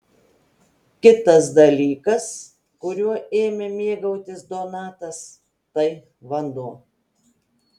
kitas dalykas kuriuo ėmė mėgautis donatas tai vanduo